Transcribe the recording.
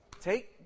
Take